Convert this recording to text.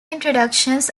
introductions